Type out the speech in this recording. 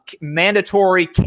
mandatory